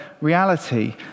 reality